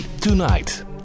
Tonight